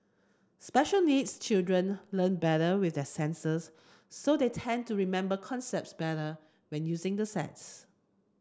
special needs children learn better with their senses so they tend to remember concepts better when using the sets